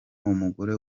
umugore